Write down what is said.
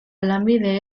lanbide